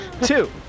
Two